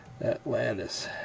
Atlantis